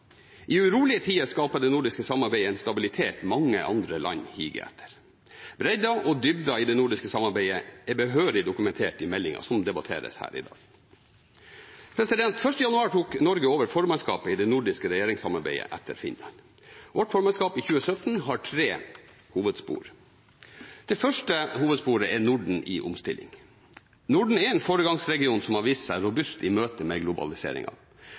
I urolige tider skaper det nordiske samarbeidet en stabilitet mange andre land higer etter. Bredden og dybden i det nordiske samarbeidet er behørig dokumentert i meldingen som debatteres her i dag. Den 1. januar tok Norge over formannskapet i det nordiske regjeringssamarbeidet etter Finland. Vårt formannskap i 2017 har tre hovedspor. Det første hovedsporet er Norden i omstilling. Norden er en foregangsregion som har vist seg robust i møte med